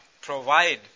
provide